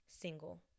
single